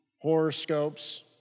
horoscopes